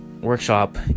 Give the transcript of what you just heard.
workshop